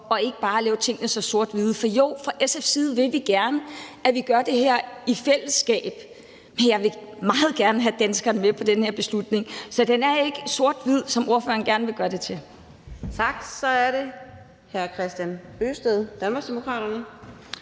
og ikke bare male tingene så sort-hvidt op. For jo, fra SF's side vil vi gerne have, at vi gør det her i fællesskab, men jeg vil meget gerne have danskerne med på den her beslutning. Så det er ikke så sort-hvidt, som ordføreren gerne vil gøre det til. Kl.